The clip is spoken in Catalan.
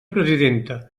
presidenta